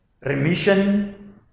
remission